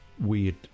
weird